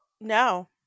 No